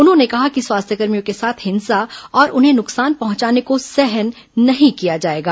उन्होंने कहा कि स्वास्थ्यकर्मियों के साथ हिंसा और उन्हें नुकसान पहुंचाने को सहन नहीं किया जाएगा